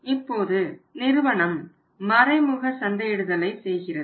இப்போது நிறுவனம் மறைமுக சந்தையிடுதலை செய்கிறது